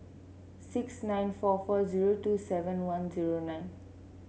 six nine four four zero two seven one zero nine